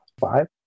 five